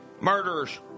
Murderers